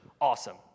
Awesome